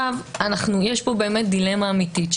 יש פה דילמה אמיתית.